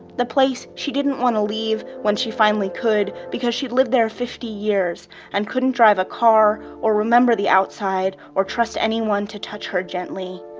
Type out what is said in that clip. the place she didn't want to leave when she finally could because she'd lived there fifty years and couldn't drive a car or remember the outside or trust anyone to touch her gently.